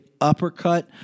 uppercut